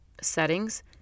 settings